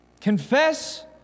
Confess